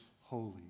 holy